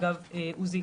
עוזי,